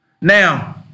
Now